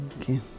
Okay